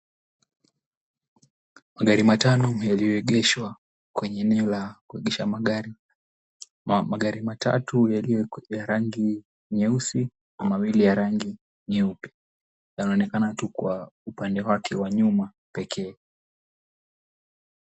Magari matano yaliyoegeshwa kwenye eneo la kuegeshwa magari. Magari matatu yaliyo ya rangi nyeusi na mawili ya rangi nyeupe yanaonekana tu kwa upande wake wa nyuma pekee.